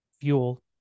fuel